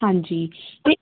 ਹਾਂਜੀ ਤੇ